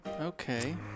okay